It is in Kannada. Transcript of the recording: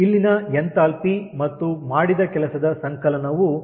ಇಲ್ಲಿನ ಎಂಥಾಲ್ಪಿ ಮತ್ತು ಮಾಡಿದ ಕೆಲಸದ ಸಂಕಲನವು 0